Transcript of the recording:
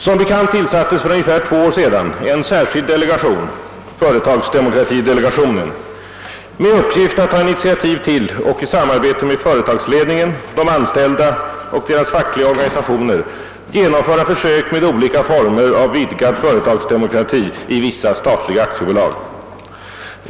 Som bekant tillsattes för ungefär två år sedan en särskild delegation — företagsdemokratidelegationen — med uppgift att ta initiativ till och i samarbete med företagsledningen, de anställda och dessas fackliga organisationer genomföra försök med olika former av vidgad företagsdemokrati i vissa statliga aktiebolag.